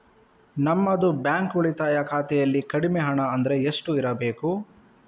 ನಮ್ಮದು ಬ್ಯಾಂಕ್ ಉಳಿತಾಯ ಖಾತೆಯಲ್ಲಿ ಕಡಿಮೆ ಹಣ ಅಂದ್ರೆ ಎಷ್ಟು ಇರಬೇಕು?